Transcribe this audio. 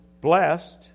blessed